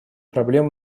проблем